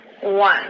one